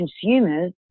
consumers